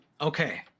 okay